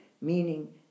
meaning